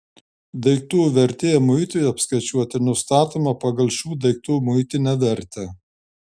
daiktų vertė muitui apskaičiuoti nustatoma pagal šių daiktų muitinę vertę